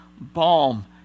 balm